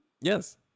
Yes